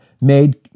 made